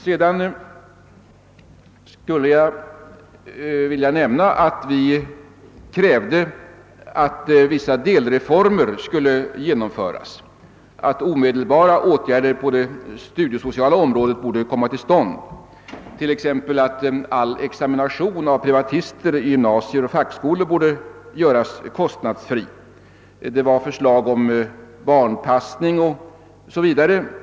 Vi krävde också att vissa delreformer skulle genomföras. Vi föreslog att omedelbara åtgärder på det studiesociala området skulle komma till stånd, att all examination av privatister vid gymnasier och fackskolor skulle göras kostnadsfri, att barnpassning skulle anordnas o.s.v.